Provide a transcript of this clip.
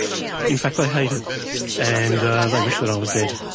in fact they hate it and they wish that i was dead.